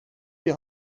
die